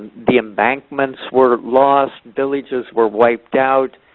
the embankments were lost. villages were wiped out.